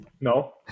No